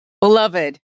Beloved